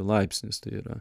laipsnis tai yra